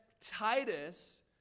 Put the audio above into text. Titus